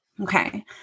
Okay